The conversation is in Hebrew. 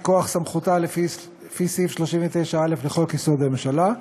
מכוח סמכותה לפי סעיף 39(א) לחוק-יסוד: הממשלה,